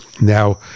now